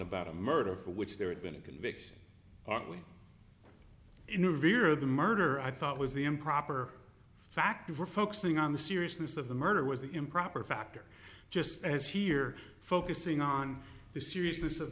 about a murder for which there had been a conviction are we in the rear the murder i thought was the improper fact of we're focusing on the seriousness of the murder was the improper factor just as here focusing on the seriousness of